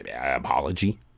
apology